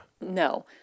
No